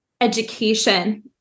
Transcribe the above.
education